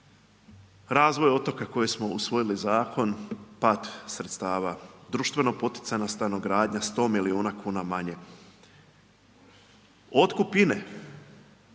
razvoj otoka koji smo usvojili zakon, pad sredstava, društveno poticajna stanogradnja 100 milijuna kuna manje, otkup